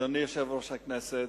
אדוני יושב-ראש הכנסת,